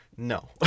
No